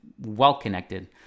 well-connected